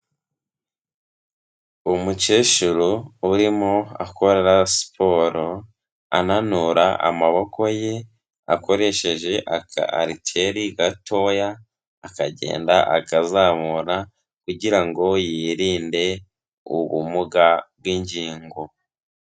Umukecuru urimo akora siporo ananura amaboko ye, akoresheje aka ariteri gatoya akagenda akazamura kugirango yirinde ubumuga bw'ingingo.